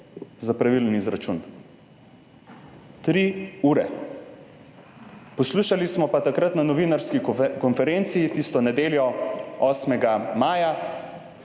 za pravilen izračun 3 ure. Poslušali smo pa takrat na novinarski konferenci, tisto nedeljo 8. maja,